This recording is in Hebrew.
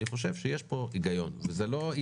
אני חושב שיש פה היגיון.